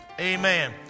amen